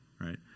right